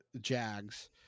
jags